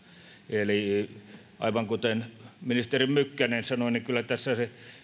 eli aivan kuten ministeri mykkänen sanoi niin kyllä tässä